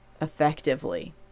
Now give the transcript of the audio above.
effectively